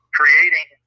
creating